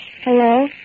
Hello